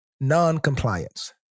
non-compliance